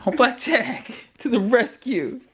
blackjack to the rescue.